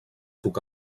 puc